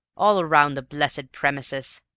all round the blessed premises.